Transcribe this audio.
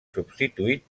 substituït